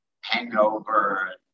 Hangover